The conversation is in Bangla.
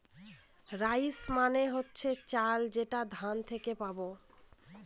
রাইস মানে হচ্ছে চাল যেটা ধান থেকে পাবো